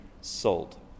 salt